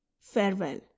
farewell